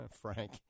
Frank